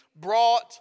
brought